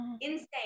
insane